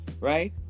Right